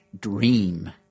dream